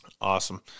Awesome